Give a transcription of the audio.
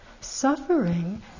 suffering